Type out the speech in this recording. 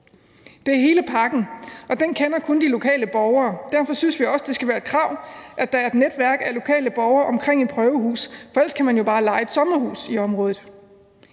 Det er hele pakken, og den kender kun de lokale borgere. Derfor synes vi også, det skal være et krav, at der er et netværk af lokale borgere omkring et prøvehus, for ellers kan man jo bare leje et sommerhus i området.